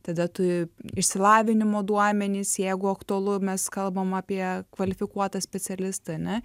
tada tu išsilavinimo duomenys jeigu aktualu mes kalbam apie kvalifikuotą specialistą ane